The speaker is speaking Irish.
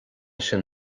sin